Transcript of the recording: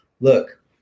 look